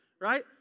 right